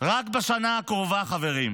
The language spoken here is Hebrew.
רק בשנה הקרובה, חברים,